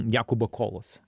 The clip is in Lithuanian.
jakubo kovos